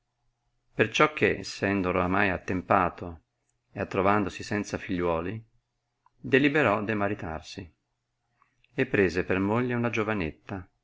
perciò che essendo oramai attempato e attrovandosi senza figliuoli deliberò de maritarsi e prese per moglie una giovanetta